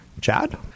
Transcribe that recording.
Chad